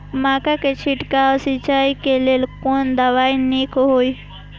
मक्का के छिड़काव सिंचाई के लेल कोन दवाई नीक होय इय?